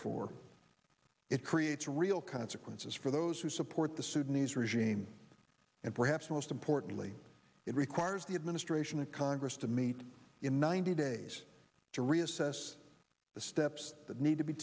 for it creates a real consequences for those who support the sudanese regime and perhaps most importantly it requires the administration and congress to meet in ninety days to reassess the steps that need to be